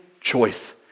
choice